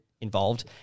involved